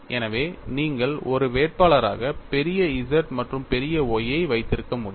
எனவே நீங்கள் ஒரு வேட்பாளராக பெரிய Z மற்றும் பெரிய Y ஐ வைத்திருக்க முடியும்